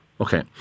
okay